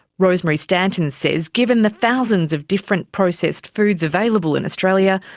rosemary stanton says given the thousands of different processed foods available in australia,